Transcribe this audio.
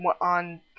On